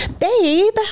babe